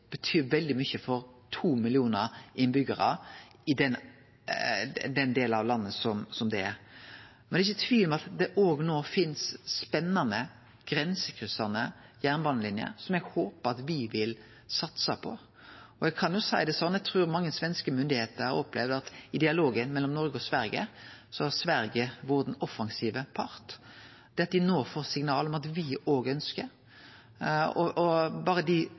betyr veldig mykje for to millionar innbyggjarar i den delen av landet som det gjeld. Det er ingen tvil om at det òg nå finst spennande, grensekryssande jernbanelinjer som eg håper at me vil satse på. Eg kan jo seie det sånn at eg trur mange svenske myndigheiter har opplevd at i dialogen mellom Noreg og Sverige har Sverige vore den offensive parten. Dei får nå signal om at